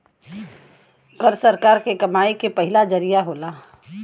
कर सरकार के कमाई के पहिला जरिया होला